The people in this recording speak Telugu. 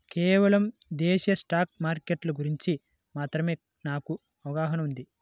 కేవలం దేశీయ స్టాక్ మార్కెట్ల గురించి మాత్రమే నాకు అవగాహనా ఉంది